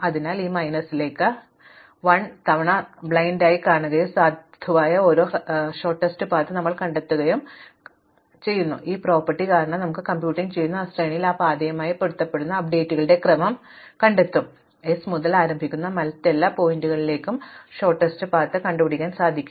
അതിനാൽ ഇത് ഈ മൈനസിലേക്ക് 1 തവണ അന്ധമായി കാണുകയും സാധുവായ ഓരോ ഹ്രസ്വ പാതയ്ക്കും നിങ്ങൾ കണ്ടെത്തുകയും ചെയ്യുന്ന ഈ പ്രോപ്പർട്ടി കാരണം നിങ്ങൾ ഇവിടെ കമ്പ്യൂട്ടിംഗ് നടത്തുന്ന ഈ ശ്രേണിയിൽ ആ പാതയുമായി പൊരുത്തപ്പെടുന്ന അപ്ഡേറ്റുകളുടെ ക്രമം നിങ്ങൾ കണ്ടെത്തും നിങ്ങൾ ചെയ്യും s മുതൽ ആരംഭിക്കുന്ന മറ്റെല്ലാ ശീർഷകങ്ങളിലേക്കും എപ്പോഴും ഹ്രസ്വമായ പാത നേടുക